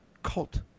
cult